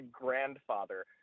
grandfather